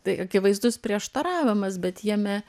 tai akivaizdus prieštaravimas bet jame